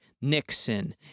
Nixon